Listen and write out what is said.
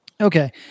Okay